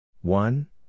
One